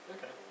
Okay